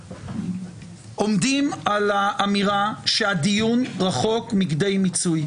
עומדים על האמירה שהדיון רחוק מכדי מיצוי.